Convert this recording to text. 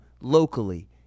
locally